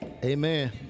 Amen